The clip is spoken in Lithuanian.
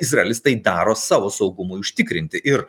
izraelis tai daro savo saugumui užtikrinti ir